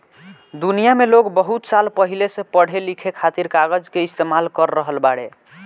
दुनिया में लोग बहुत साल पहिले से पढ़े लिखे खातिर कागज के इस्तेमाल कर रहल बाड़े